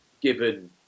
given